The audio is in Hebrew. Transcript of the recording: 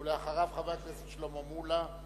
ואחריו, חבר הכנסת שלמה מולה.